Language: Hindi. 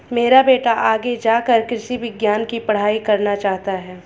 मेरा बेटा आगे जाकर कृषि विज्ञान की पढ़ाई करना चाहता हैं